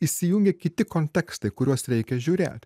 įsijungia kiti kontekstai kuriuos reikia žiūrėt